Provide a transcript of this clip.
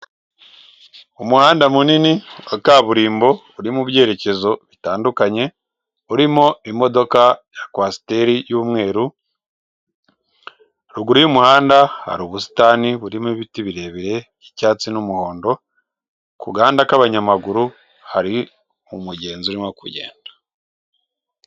Umuhanda munini wa kaburimbo uri mu byerekezo bitandukanye, urimo imodoka ya kwasiteri y'umweru, ruguru y'umuhanda hari ubusitani burimo ibiti birebire by'icyatsi n'umuhondo, ku gahanda k'abanyamaguru hari umugenzi urimo kugenda.